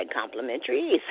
complimentary